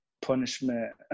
punishment